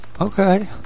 okay